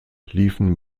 liefen